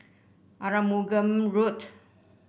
Arumugam Road